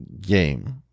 game